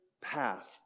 path